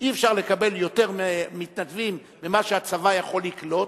אי-אפשר לקבל יותר מתנדבים ממה שהצבא יכול לקלוט,